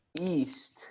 East